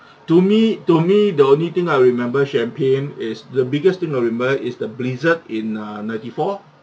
to me to me the only thing I remember champagne is the biggest thing I remember is the blizzard in uh ninety-four